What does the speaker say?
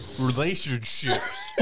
relationships